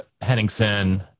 Henningsen